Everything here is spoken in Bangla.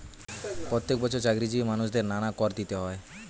প্রত্যেক বছর চাকরিজীবী মানুষদের নানা কর দিতে হয়